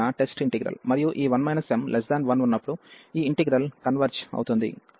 మరియు ఈ 1 m1ఉన్నప్పుడు ఈ ఇంటిగ్రల్ కన్వెర్జ్ అవుతుంది కాబట్టి దీని అర్థం m0